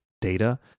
data